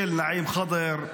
של נעים ח'דר,